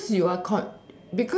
because you are con~